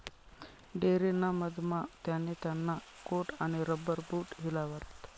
dairy ना मधमा त्याने त्याना कोट आणि रबर बूट हिलावात